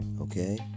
Okay